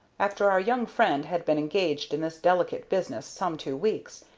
after our young friend had been engaged in this delicate business some two weeks,